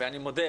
ואני מודה,